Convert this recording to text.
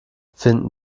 finden